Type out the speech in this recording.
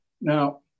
Now